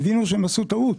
כי הם הבינו שהם עשו טעות.